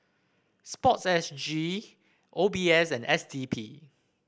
sports S G O B S and S D P